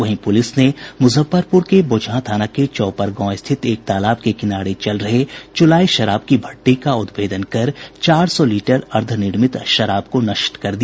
वहीं पुलिस ने मुजफ्फरपुर के बोचहां थाना के चौपर गांव स्थित एक तालाब के किनारे चल रहे चुलाई शराब की भट्टी का उद्भेदन कर चार सौ लीटर अर्द्वनिर्मित शराब को नष्ट कर दिया